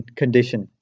condition